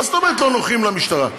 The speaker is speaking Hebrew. מה זאת אומרת לא נוחים למשטרה?